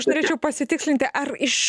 aš norėčiau pasitikslinti ar iš